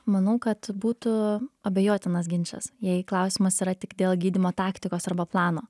manau kad būtų abejotinas ginčas jei klausimas yra tik dėl gydymo taktikos arba plano